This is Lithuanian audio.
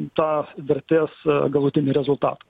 tą vertės galutinį rezultatą